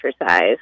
exercise